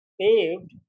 paved